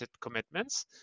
commitments